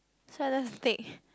so I just take